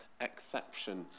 exception